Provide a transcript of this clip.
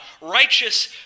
righteous